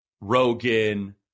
Rogan